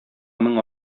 мең